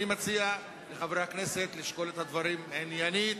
אני מציע לחברי הכנסת לשקול את זה עניינית,